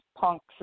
punks